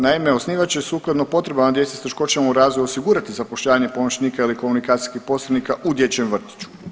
Naime, osnivač će sukladno potrebama djece s teškoćama u razvoju osigurati zapošljavanje pomoćnika ili komunikacijskih posrednika u dječjem vrtiću.